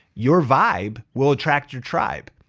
your vibe will attract your tribe.